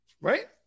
Right